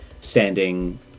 standing